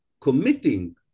committing